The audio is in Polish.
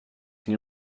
nie